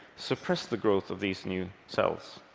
suppress the growth of these new cells.